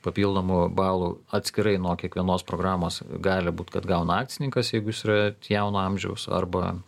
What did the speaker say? papildomų balų atskirai nuo kiekvienos programos gali būt kad gauna akcininkas jeigu jis yra jauno amžiaus arba